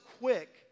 quick